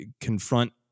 confront